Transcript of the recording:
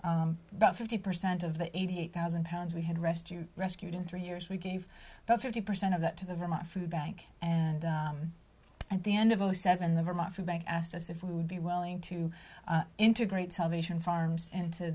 volume about fifty percent of the eighty eight thousand pounds we had rescue rescued in three years we gave about fifty percent of that to the vermont food bank and at the end of zero seven the vermont food bank asked us if we would be willing to integrate salvation farms